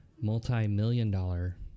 multi-million-dollar